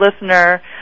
listener